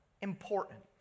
important